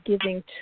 Giving